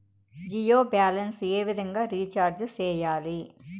Jio balance ఏ విధంగా recharge సేయాలి?